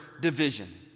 division